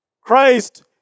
Christ